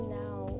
now